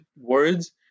words